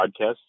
Podcast